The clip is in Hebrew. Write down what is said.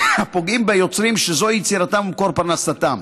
הפוגעים ביוצרים שזוהי יצירתם ומקור פרנסתם.